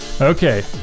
Okay